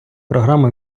програму